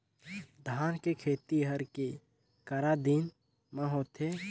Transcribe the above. धान के खेती हर के करा दिन म होथे?